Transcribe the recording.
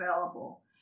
available